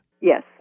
Yes